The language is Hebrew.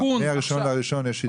מה-1 בינואר יש עדכון.